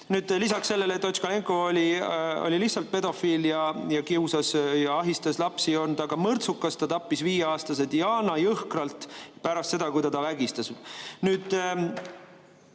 Lisaks sellele, et Otškalenko oli lihtsalt pedofiil, kiusas ja ahistas lapsi, on ta ka mõrtsukas, ta tappis viieaastase Diana jõhkralt pärast seda, kui ta teda